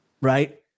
right